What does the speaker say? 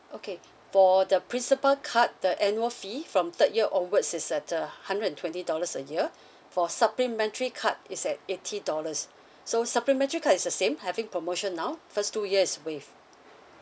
okay for the principal card the annual fee from third year onwards is at a hundred and twenty dollars a year for supplementary card it's at eighty dollars so supplementary card is the same having promotion now first two year is waived